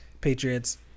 Patriots